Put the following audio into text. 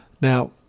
Now